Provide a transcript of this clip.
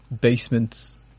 basements